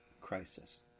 crisis